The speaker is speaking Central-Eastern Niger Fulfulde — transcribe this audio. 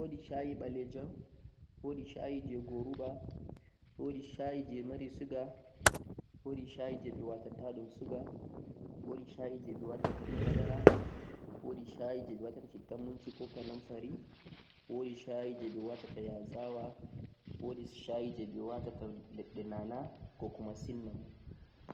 shayee nii wodi shayi ɓalejam, wodi shayi je goruba, wodi shayi je mari suga, wodi je wala suga, wodi je madara, wodi je shitta munci koh kananfari, wodi je yazawa, wodi nanaa kog cinnamon